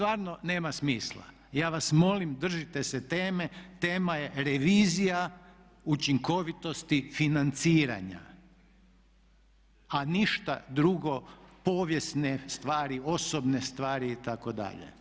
Ja vas molim držite se teme, tema je revizija učinkovitosti financiranja a ništa drugo povijesne stvari, osobne stvari itd.